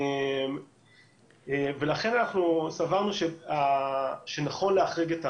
ולכן סברנו שנכון להחריג את הענף.